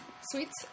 Sweets